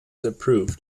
approved